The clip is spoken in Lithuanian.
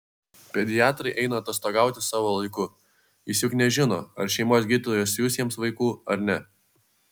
pediatrai eina atostogauti savo laiku jis juk nežino ar šeimos gydytojas siųs jiems vaikų ar ne